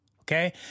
okay